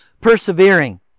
persevering